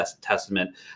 Testament